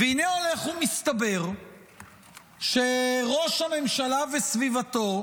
והינה הולך מסתבר שראש הממשלה וסביבתו